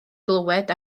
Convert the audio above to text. glywed